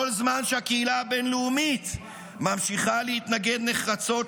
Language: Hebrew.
כל זמן שהקהילה הבין-לאומית ממשיכה להתנגד נחרצות